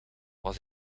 was